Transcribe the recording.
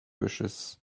wishes